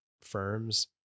firms